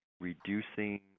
Reducing